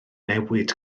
newid